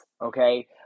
Okay